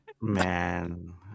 Man